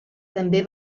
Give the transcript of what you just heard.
també